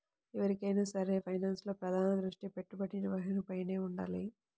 ఎవరికైనా సరే ఫైనాన్స్లో ప్రధాన దృష్టి పెట్టుబడి నిర్వహణపైనే వుండాలి